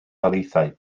daleithiau